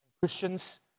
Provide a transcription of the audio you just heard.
Christians